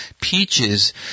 peaches